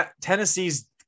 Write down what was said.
Tennessee's